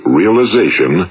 realization